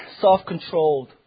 self-controlled